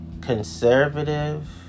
Conservative